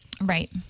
Right